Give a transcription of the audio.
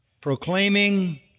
Proclaiming